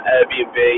Airbnb